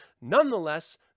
Nonetheless